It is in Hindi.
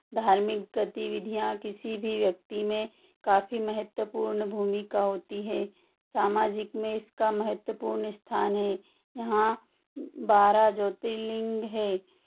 धार्मिक गतिविधियाँ किसी भी व्यक्ति में काफी महत्वपूर्ण भूमिका होती है सामाज में इसका महत्वपूर्ण स्थान है यहाँ बारह ज्योतिर्लिंग हैं